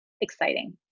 exciting